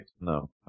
No